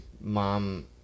mom